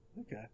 Okay